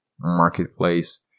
marketplace